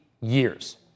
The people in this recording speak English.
years